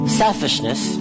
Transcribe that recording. selfishness